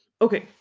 okay